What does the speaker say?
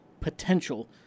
potential